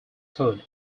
code